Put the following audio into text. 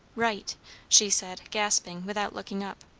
right she said, gasping, without looking up.